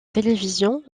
télévision